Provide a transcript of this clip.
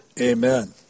Amen